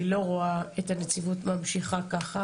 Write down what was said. אני לא רואה את הנציבות ממשיכה כך,